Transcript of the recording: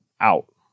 out